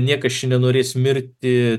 niekas čia nenorės mirti